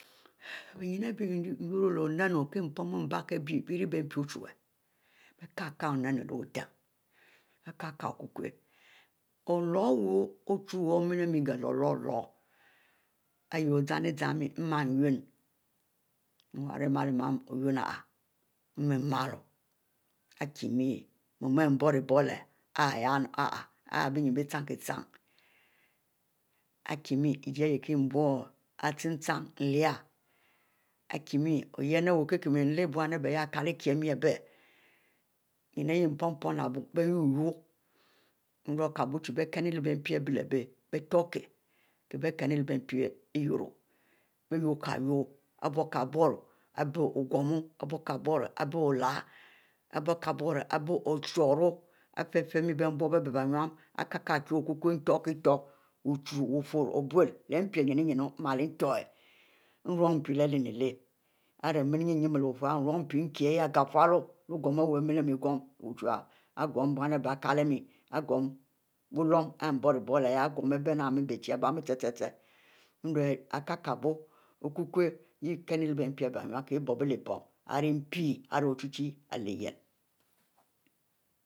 Nwnie leh onnu kie poon abie kieh, leh bie mpi ochuwue bie kieh ominu leh butne ikie okukw olor iwuƟ-ochuwue omiel ghieh-loro ihieh mumm zam-mieh unin, leh-shin, nwurrieh, nmeh mnilo, arikie, ihieh ari bennin bie chien chinlcieh, arikie mie igie kieh kieh nbneite-tenn kieh lyieh ari miel oyen wuie lyieh bwurnu ari bie yehkie le kieh mie bie, ihiel pon poon leh abiuo bie yuo-yllleh nri ukie kieh buo bie cnue leh mpi abie lehbie, bietukie cnue leh mpi lwuro bie yuo kie yuo, bie buo ro abie ogumu, aribie oleh, arikieh abie chor ifieh miel bienbubie ibie nnu ari kieh-kie okukwu ute-kieh ute biw chu, bufurro orie bwhwh, nte, eh leh npie ninu-ninu rum mpi leh lern ihieh, ari mile yuinu leh-wufurri leh ogum ari mile ogum, lbum bon aribie akieh mieh wuluom arikieh mieh, ibenia-biechie abie mieh, ku-kwuo, leh mpi abe nuine kie-bie bui kieh, kukwu leh bie mpi ari bie ninue